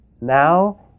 Now